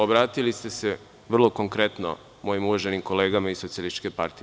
Obratili ste se vrlo konkretno mojim uvaženim kolegama iz SPS.